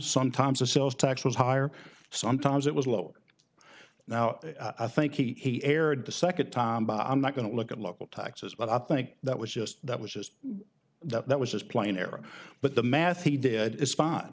sometimes the sales tax was higher sometimes it was low now i think he erred the second time by i'm not going to look at local taxes but i think that was just that was that was just plain error but the math he did is spot